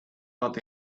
not